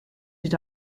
did